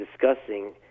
discussing